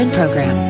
program